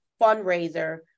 fundraiser